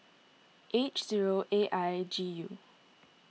H zero A I G U